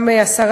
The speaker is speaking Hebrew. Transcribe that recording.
גם השרה,